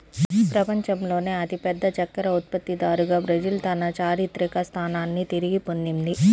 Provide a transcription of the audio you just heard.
ప్రపంచంలోనే అతిపెద్ద చక్కెర ఉత్పత్తిదారుగా బ్రెజిల్ తన చారిత్రక స్థానాన్ని తిరిగి పొందింది